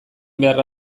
beharra